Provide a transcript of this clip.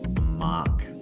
Mark